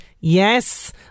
Yes